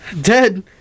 Dead